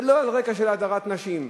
ולא על רקע של הדרת נשים,